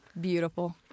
Beautiful